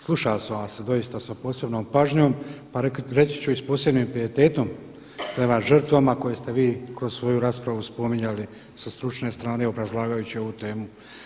Slušao sam vas doista sa posebnom pažnjom, pa reći su i s posebnim pijetetom prema žrtvama koje ste vi kroz svoju raspravu spominjali sa stručne strane obrazlagajući ovu temu.